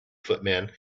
footman